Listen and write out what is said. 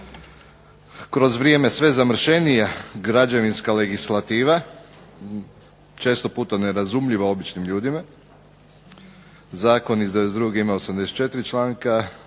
kroz vrijeme sve zamršenija građevinska legislativa, često puta nerazumljiva običnim ljudima, zakon iz '92. ima 84 članka,